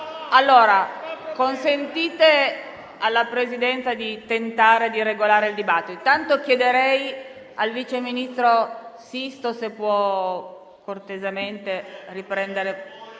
Renzi, consentite alla Presidenza di tentare di regolare il dibattito. Intanto chiederei al vice ministro Sisto se può cortesemente riprendere